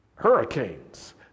hurricanes